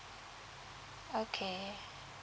okay